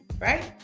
right